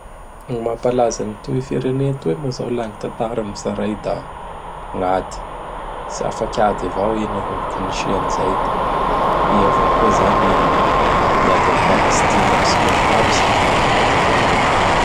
Gny mampalaza an toy firenea toy moa zao la gn tatarany gn tsaray da gn'ady. Tsy afak'ady avao i nanomboky nisiany zay; da i avao koa zany miady am Palestine k tsy mety tapitsy gn'adindreo reo.